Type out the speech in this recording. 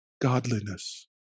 Godliness